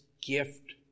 gift